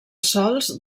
sols